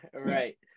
Right